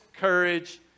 courage